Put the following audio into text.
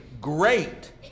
great